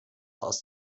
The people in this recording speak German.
aus